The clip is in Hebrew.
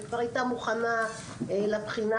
וכבר הייתה מוכנה לבחינה,